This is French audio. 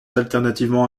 alternativement